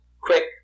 Quick